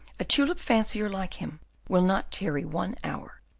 a tulip-fancier like him will not tarry one hour,